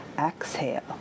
Exhale